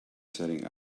setting